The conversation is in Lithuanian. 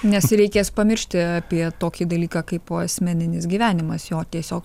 nes reikės pamiršti apie tokį dalyką kaipo asmeninis gyvenimas jo tiesiog